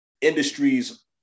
industries